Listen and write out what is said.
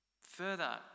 Further